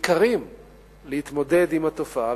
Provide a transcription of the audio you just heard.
ניכרים להתמודד עם התופעה,